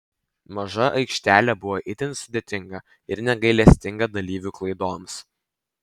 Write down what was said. maža aikštelė buvo itin sudėtinga ir negailestinga dalyvių klaidoms